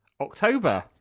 october